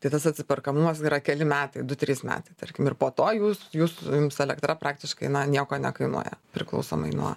tai tas atsiperkamumas yra keli metai du trys metai tarkim ir po to jūs jūs jums elektra praktiškai na nieko nekainuoja priklausomai nuo